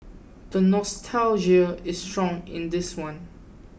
the nostalgia is strong in this one